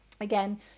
Again